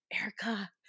Erica